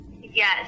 Yes